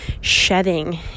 shedding